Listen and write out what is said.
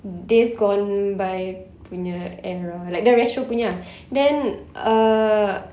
days gone by punya era like the retro punya ah